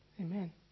Amen